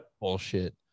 Bullshit